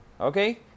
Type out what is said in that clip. Okay